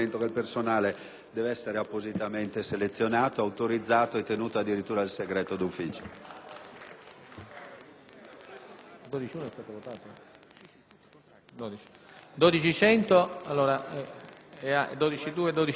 deve essere appositamente selezionato, autorizzato e tenuto addirittura al segreto d'ufficio.